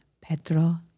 Pedro